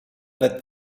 that